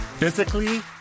Physically